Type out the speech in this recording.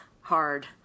hard